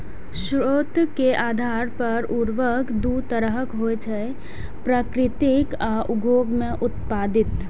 स्रोत के आधार पर उर्वरक दू तरहक होइ छै, प्राकृतिक आ उद्योग मे उत्पादित